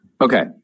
Okay